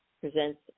presents